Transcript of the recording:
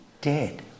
dead